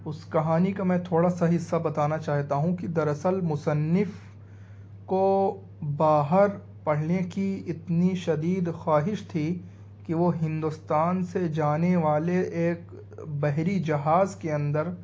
اس کہانی کا میں تھوڑا سا حصہ بتانا چاہتا ہوں کہ دراصل مصنف کو باہر پڑھنے کی اتنی شدید خواہش تھی کہ وہ ہندوستان سے جانے والے ایک بحری جہاز کے اندر